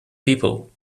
people